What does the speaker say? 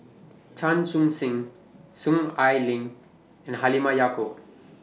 Chan Chun Sing Soon Ai Ling and Halimah Yacob